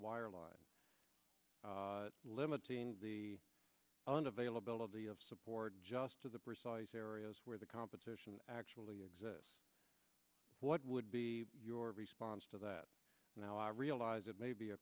wireline limiting the un availability of support just to the precise areas where the competition actually exists what would be your response to that now i realize it may be a